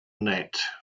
net